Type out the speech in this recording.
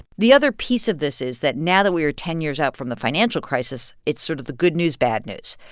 the other piece of this is that now that we're ten years out from the financial crisis, it's sort of the good news, bad news.